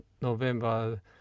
November